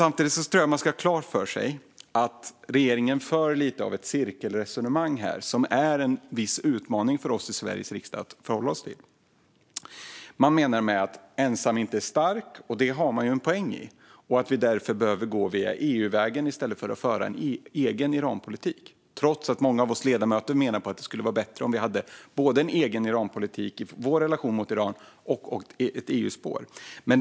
Samtidigt tror jag att man ska ha klart för sig att regeringen för lite av ett cirkelresonemang här som det är en viss utmaning för oss i Sveriges riksdag att förhålla oss till. Man menar att ensam inte är stark, vilket man har en poäng i, och att vi därför behöver gå EU-vägen i stället för att föra en egen Iranpolitik, trots att många av oss ledamöter menar att det skulle vara bättre om vi hade både en egen Iranpolitik i vår relation till Iran och ett EU-spår.